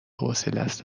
حوصلست